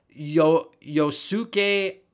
Yosuke